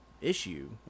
issue